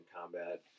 combat